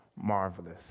marvelous